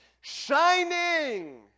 shining